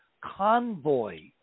convoy